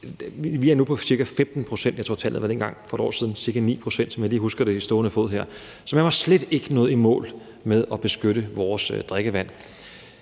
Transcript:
nu på ca. 15 pct., og tallet var dengang for et år siden ca. 9 pct., som jeg lige på stående fod her husker det. Så man var slet ikke nået i mål med at beskytte vores drikkevand,